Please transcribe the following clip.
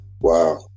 Wow